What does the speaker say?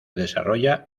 desarrolla